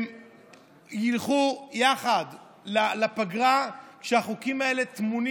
הם ילכו יחד לפגרה כשהחוקים האלה טמונים